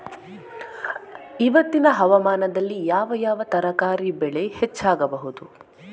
ಇವತ್ತಿನ ಹವಾಮಾನದಲ್ಲಿ ಯಾವ ಯಾವ ತರಕಾರಿ ಬೆಳೆ ಹೆಚ್ಚಾಗಬಹುದು?